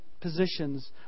positions